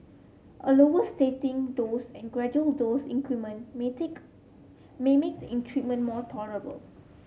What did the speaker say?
a lower starting dose and gradual dose increment may take may make the treatment more tolerable